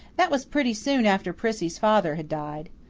that was pretty soon after prissy's father had died.